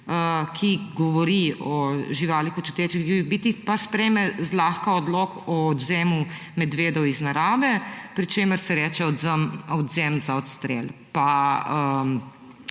ki govori o živalih kot čutečih živih bitij, pa sprejme zlahka odlok o odvzemu medvedov iz narave, pri čemer se reče – odvzem za odstrel.